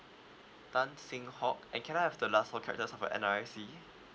tan seng hock and can I have the last four characters of your N_R_I_C